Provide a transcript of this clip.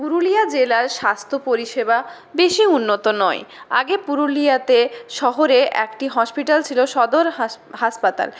পুরুলিয়া জেলার স্বাস্থ্য পরিষেবা বেশি উন্নত নয় আগে পুরুলিয়াতে শহরে একটি হসপিটাল ছিল সদর হাসপাতাল